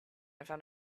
found